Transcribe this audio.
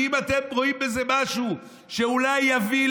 כי אם אתם רואים בזה משהו שאולי יביא,